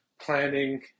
planning